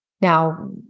Now